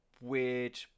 weird